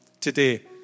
today